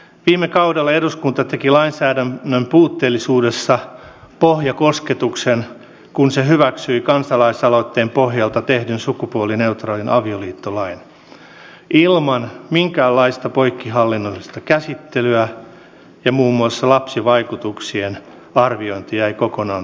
viime kaudella eduskunta teki lainsäädännön puutteellisuudessa pohjakosketuksen kun se hyväksyi kansalaisaloitteen pohjalta tehdyn sukupuolineutraalin avioliittolain ilman minkäänlaista poikkihallinnollista käsittelyä ja muun muassa lapsivaikutuksien arviointi jäi kokonaan tekemättä